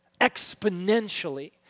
Exponentially